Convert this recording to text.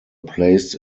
placed